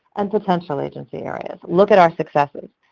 and potential agency areas. look at our successes.